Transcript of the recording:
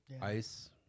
Ice